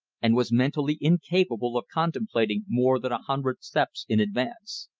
and was mentally incapable of contemplating more than a hundred steps in advance.